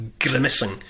grimacing